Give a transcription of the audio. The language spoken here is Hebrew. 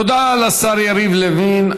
תודה לשר יריב לוין.